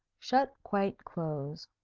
shut quite close.